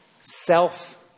self